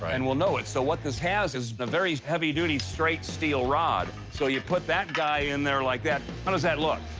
and we'll know it, so what this has is a very heavy-duty straight steel rod. so you put that guy in there like that. how does that look?